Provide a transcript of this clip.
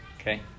Okay